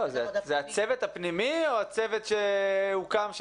זה הצוות הפנימי או הצוות שהוקם,